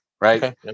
Right